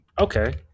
Okay